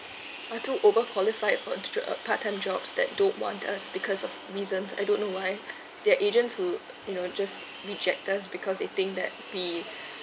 are too overqualified for a ju~ uh part time jobs that don't want us because of reasons I don't know why there are agents who you know just reject us because they think that we